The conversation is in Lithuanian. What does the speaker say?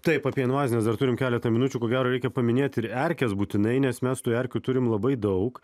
taip apie invazines dar turim keletą minučių ko gero reikia paminėt ir erkės būtinai nes mes tų erkių turim labai daug